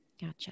Gotcha